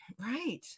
Right